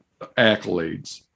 accolades